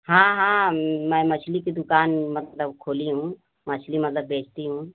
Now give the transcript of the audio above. हाँ हाँ मैं मछली की दुकान मतलब खोली हूँ मछली मतलब बेचती हूँ